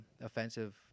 offensive